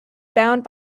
bound